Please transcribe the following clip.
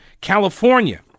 California